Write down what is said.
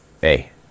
hey